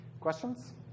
Questions